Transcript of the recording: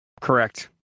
correct